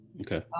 okay